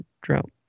drought